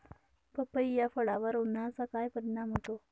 पपई या फळावर उन्हाचा काय परिणाम होतो?